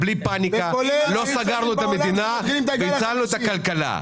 בלי פאניקה, לא סגרנו את המדינה והצלנו את הכלכלה.